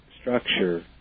structure